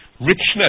richness